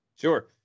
Sure